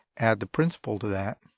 add the principal to that,